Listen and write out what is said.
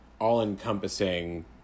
all-encompassing